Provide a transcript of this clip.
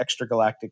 Extragalactic